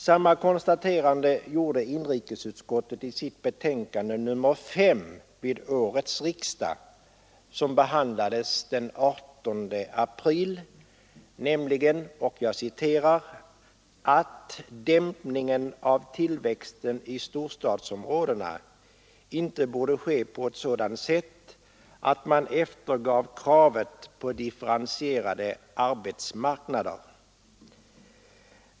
Samma konstaterande gjorde inrikesutskottet i sitt betänkande nr 5 vid årets riksdag, som behandlades den 18 april, nämligen att dämpningen av tillväxten i storstadsområdena inte borde ske på ett sådant sätt att man eftergav kravet på differentierade arbetsmarknader.